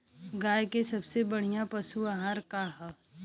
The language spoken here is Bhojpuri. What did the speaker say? गाय के सबसे बढ़िया पशु आहार का ह?